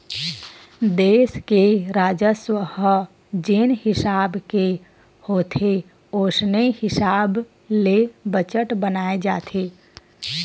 देस के राजस्व ह जेन हिसाब के होथे ओसने हिसाब ले बजट बनाए जाथे